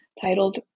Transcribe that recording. titled